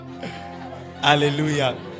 Hallelujah